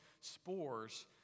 spores